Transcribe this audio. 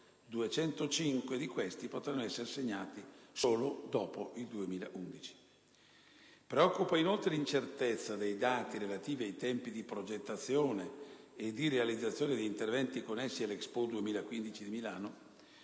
205 di questi potranno essere assegnati solo dopo il 2011. Preoccupa, inoltre, l'incertezza dei dati relativi ai tempi di progettazione e di realizzazione degli interventi connessi all'Expo 2015 di Milano,